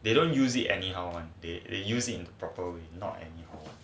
they don't use it anyhow and they they using proper way